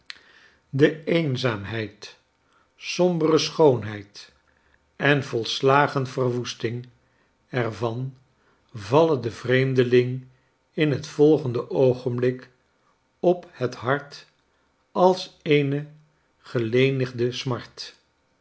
de eenzaamheid sombere schoonheid en volslagen verwoesting er van vallen den vreemdeling in het volgende oogenblik op het hart als eene gelenigde smart